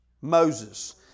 Moses